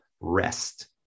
rest